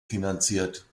finanziert